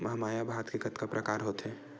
महमाया भात के कतका प्रकार होथे?